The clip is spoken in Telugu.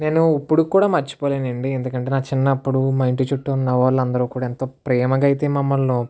నేను ఇప్పుడు కూడా మర్చిపోలేనండి ఎందుకంటే నా చిన్నప్పుడు మా ఇంటి చుట్టూ ఉన్న వాళ్ళందరూ కూడా ఎంతో ప్రేమగా అయితే మమ్మల్ని